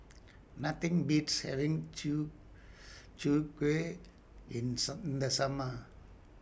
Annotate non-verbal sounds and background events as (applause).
Nothing Beats having Chwee (noise) Chwee Kueh in (unintelligible) in The Summer